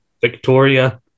Victoria